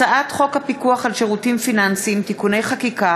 הצעת חוק הפיקוח על שירותים פיננסיים (תיקוני חקיקה),